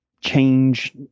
change